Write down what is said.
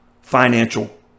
financial